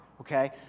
okay